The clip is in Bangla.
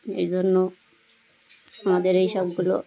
এই জন্য আমাদের এই সবগুলো